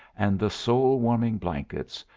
and the soul-warming blankets,